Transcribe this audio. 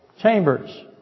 Chambers